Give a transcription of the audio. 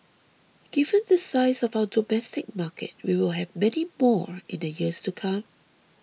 given the size of our domestic market we will have many more in the years to come